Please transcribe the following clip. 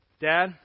Dad